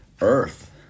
earth